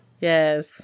Yes